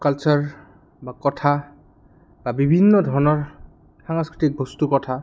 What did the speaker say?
culture বা কথা বা বিভিন্ন ধৰণৰ সাংস্কৃতিক বস্তুৰ কথা